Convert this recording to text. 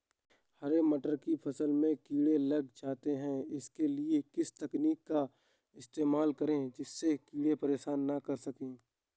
हरे मटर की फसल में कीड़े लग जाते हैं उसके लिए किस तकनीक का इस्तेमाल करें जिससे कीड़े परेशान ना कर सके?